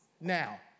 now